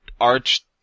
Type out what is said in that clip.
Arch